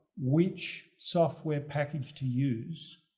which software package to use?